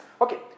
Okay